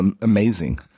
amazing